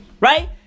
Right